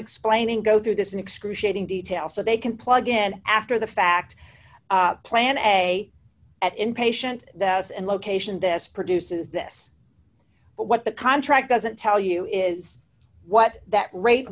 explaining go through this in excruciating detail so they can plug in and after the fact plan a at inpatient that and location this produces this but what the contract doesn't tell you is what that rate